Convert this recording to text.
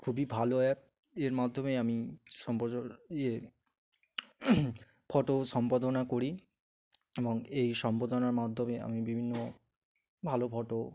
খুবই ভালো অ্যাপ এর মাধ্যমে আমি সম্পাদনা ইয়ে ফটো সম্পাদনা করি এবং এই সম্পাদনার মাধ্যমে আমি বিভিন্ন ভালো ফটো